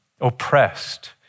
oppressed